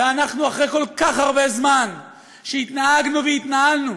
ואחרי כל כך הרבה זמן שהתנהגנו והתנהלנו